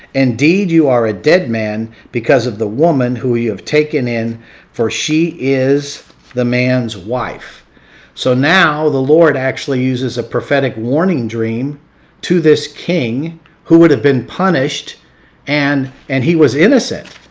indeed you are a dead man because of the woman who you have taken in for she is the man's wife so now the lord actually uses a prophetic warning dream to this king who would have been punished and and he was innocent.